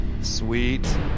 Sweet